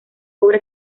obra